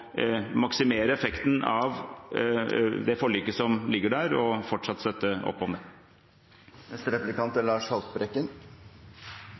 maksimere effekten av det forliket som ligger der, og fortsatt støtte opp om det.